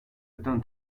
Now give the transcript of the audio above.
eden